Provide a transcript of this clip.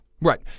Right